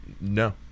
No